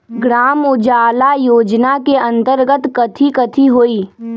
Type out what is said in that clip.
ग्राम उजाला योजना के अंतर्गत कथी कथी होई?